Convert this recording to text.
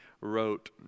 wrote